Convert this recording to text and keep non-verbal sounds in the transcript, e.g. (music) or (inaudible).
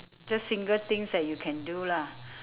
just single things that you can do lah (breath)